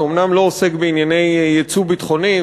שאומנם לא עוסק בענייני יצוא ביטחוני,